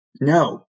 No